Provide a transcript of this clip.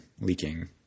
leaking